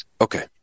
Okay